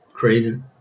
created